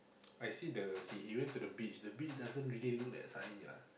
I see the he he went to the beach the beach doesn't really look that sunny lah